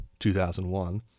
2001